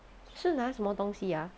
是拿什么东西啊